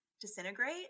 disintegrate